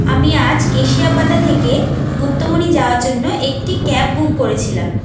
আমি আজ কেশিয়াপাতা থেকে গুপ্তমনি যাওয়ার জন্য একটি ক্যাব বুক করেছিলাম